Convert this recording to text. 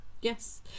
yes